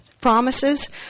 promises